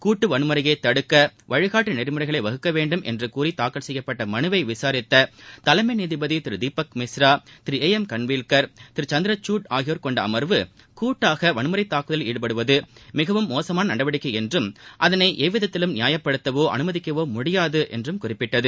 கூட்டு வன்முறையை தடுக்க வழிகாட்டு நெறிமுறைகளை வகுக்க வேண்டும் என்று கூறி தாக்கல் செய்யப்பட்ட மனுவை விசாரித்த தலைஎம் நீதிபதி திரு தீபக் மிஸ்ரா திரு ஏ எம் கன்வீல்கர் திரு சந்திரஞட் ஆகியோர் கொண்ட அமர்வு கூட்டாக வன்முறைத் தாக்குதலில் ஈடுபடுவது மிகவும் மோசமான நடவடிக்கை என்றும் அதனை எவ்விதத்திலும் நியாயப்படுத்தவோ அனுமதிக்கவோ முடியாது என்றும் குறிப்பிட்டது